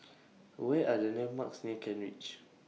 What Are The landmarks near Kent Ridge